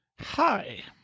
Hi